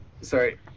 Sorry